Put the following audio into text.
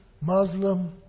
Muslim